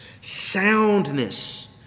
soundness